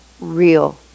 real